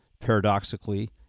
paradoxically